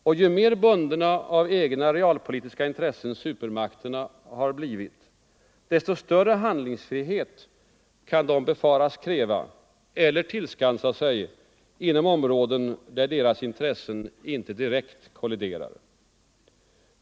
Och ju mer bundna av egna realpolitiska intressen supermakterna blivit, desto större handlingsfrihet kan de befaras kräva eller tillskansa sig inom områden där deras intressen inte direkt kolliderar.